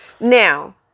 Now